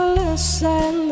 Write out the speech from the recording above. listen